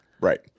right